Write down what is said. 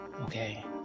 Okay